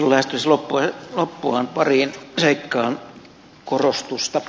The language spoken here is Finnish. keskustelun lähestyessä loppuaan pariin seikkaan korostusta